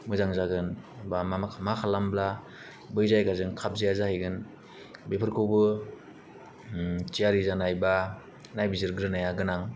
मोजां जागोन बा मा मा खालामोब्ला बै जायगाजों खाबजाया जाहैगोन बेफोरखौबो थियारि जानायबा नायबिजिरग्रोनाया गोनां